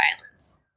violence